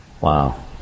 wow